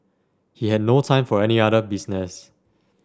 he had no time for any other business